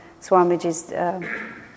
Swamiji's